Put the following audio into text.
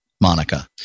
Monica